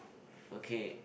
okay